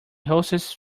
hostess